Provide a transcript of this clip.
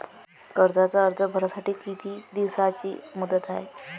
कर्जाचा अर्ज भरासाठी किती दिसाची मुदत हाय?